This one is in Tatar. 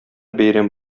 бәйрәм